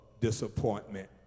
disappointment